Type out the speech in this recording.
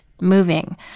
moving